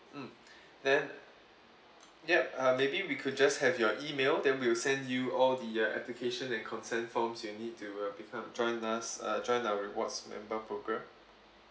mm then yup uh maybe we could just have your email then we will send you all the uh application and consent forms you need to uh become join us uh join our rewards member program